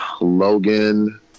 Logan